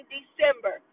December